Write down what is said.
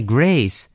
Grace